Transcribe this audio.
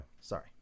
Sorry